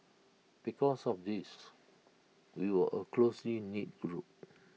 because of this we were A closely knit group